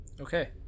Okay